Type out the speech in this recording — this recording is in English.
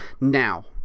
Now